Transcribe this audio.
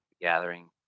gathering